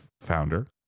founder